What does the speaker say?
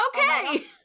okay